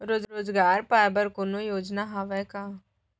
रोजगार पाए बर कोनो योजना हवय का?